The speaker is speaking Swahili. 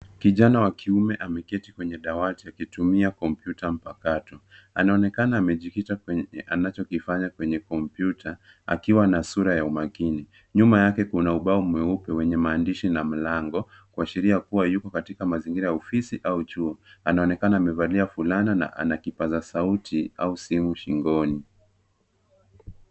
Kijana wa kiume ameketi kwenye dawati akitumia kompyuta mpakato. Anaonekana amejikita kwenye anachokifanya kwenye kompyuta akiwa na sura ya umakini. Nyuma yake kuna ubao mweupe wenye maandishi na mlango kuashiria kuwa yuko katika mazingira ya ofisi au chuo anaonekana amevalia fulana na anakipaza sauti au simu shingoni.